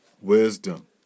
wisdom